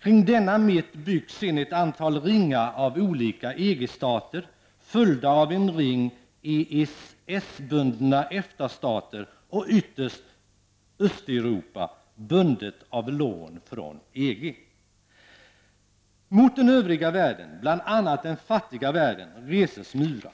Kring denna mitt byggs sedan ett antal ringar av olika EG-stater, följda av en ring EES-bundna EFTA-stater och ytterst Östeuropa bundet av lån från EG. Mot den övriga världen -- bl.a. den fattiga världen -- reses murar.